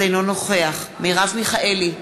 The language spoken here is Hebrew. אינו נוכח מרב מיכאלי,